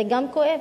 גם זה כואב.